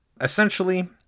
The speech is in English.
essentially